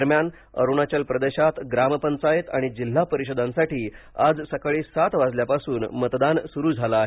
दरम्यान अरुणाचल प्रदेशात ग्राम पंचायत आणि जिल्हा परिषदांसाठी आज सकाळी सात वाजल्यापासून मतदान सुरू झालं आहे